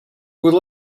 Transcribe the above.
will